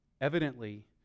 evidently